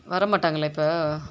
வர மாட்டாங்களா இப்போ